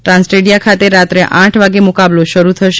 ટ્રાન્સટેડિયા ખાતે રાત્રે આઠ વાગે મુકાબલો શરૂ થશે